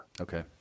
Okay